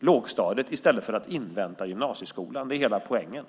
lågstadiet i stället för att invänta gymnasieskolan. Det är hela poängen.